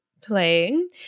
playing